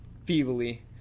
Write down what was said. feebly